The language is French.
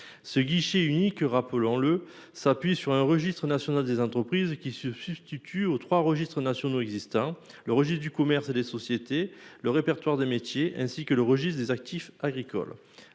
Ce guichet unique, rappelons-le, s'appuie sur le registre national des entreprises, qui se substitue aux trois registres nationaux existants : le registre du commerce et des sociétés, le répertoire des métiers, ainsi que le registre des actifs agricoles.